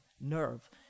nerve